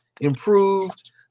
improved